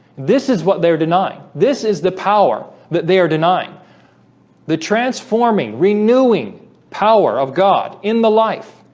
this is what they're denying this is the power that they are denying the transforming renewing power of god in the life